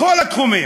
בכל התחומים,